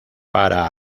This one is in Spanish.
para